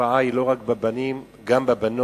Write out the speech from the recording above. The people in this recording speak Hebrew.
שהתופעה היא לא רק בבנים, גם בבנות,